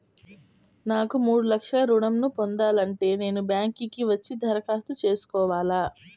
నాకు మూడు లక్షలు ఋణం ను పొందాలంటే నేను బ్యాంక్కి వచ్చి దరఖాస్తు చేసుకోవాలా?